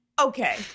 Okay